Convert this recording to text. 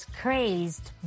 crazed